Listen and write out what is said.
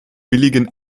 billigen